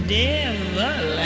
devil